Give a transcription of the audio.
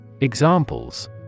Examples